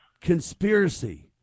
conspiracy